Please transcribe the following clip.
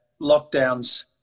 lockdowns